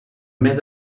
més